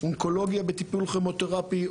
אונקולוגיה בטיפול כימותרפי,